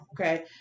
Okay